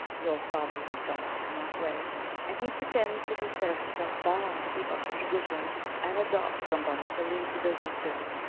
your father was adopted in that way and he pretends to consider himself bound to keep up the tradition and adopt somebody to leave the business to.